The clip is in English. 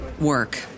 work